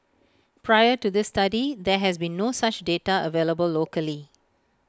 prior to this study there has been no such data available locally